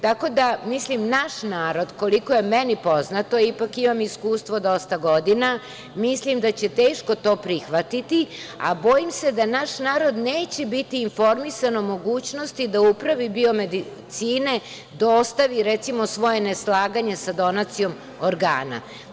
Tako da, mislim da naš narod, koliko je meni poznato, ipak imam iskustvo dosta godina, mislim da će teško to prihvatiti, a bojim se da naš narod neće biti informisan o mogućnosti da Upravi biomedicine dostavi, recimo, svoje neslaganje sa donacijom organa.